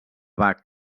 bach